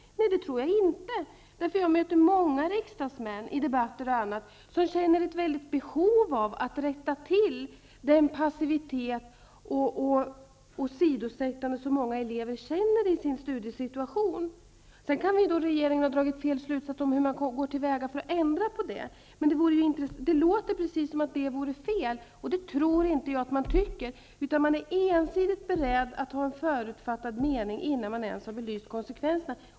Nej, så tror jag inte att det förhåller sig. Jag möter många riksdagsmän, bl.a. i debatter, som känner ett stort behov av att vi skall kunna komma till rätta med den passivitet och det åsidosättande som många elever upplever i sin studiesituation. Regeringen kan ha dragit en felaktig slutsats när det gäller hur man skall gå till väga för att ändra på detta. Det låter som om det här vore fel. Men jag tror alltså inte att det är vad man tycker. Man är ensidigt beredd att ha en förutfattad mening innan konsekvenserna ens är belysta.